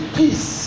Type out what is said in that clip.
peace